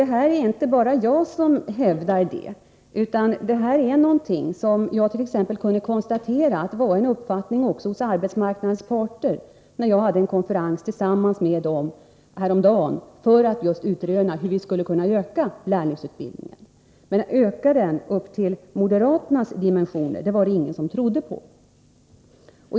Det är inte bara jag som hävdar detta, utan det är någonting som jag kunde konstatera var en uppfattning hos t.ex. arbetsmarknadens parter, när jag hade konferens tillsammans med dem häromdagen just för att utröna hur man skulle kunna utöka lärlingsutbildningen. Att öka den upp till moderaternas dimensioner var det ingen som trodde på.